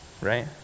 right